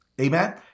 Amen